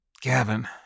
Gavin